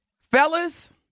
fellas